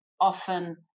often